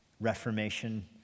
Reformation